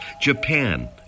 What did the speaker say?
Japan